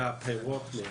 זה הפירות.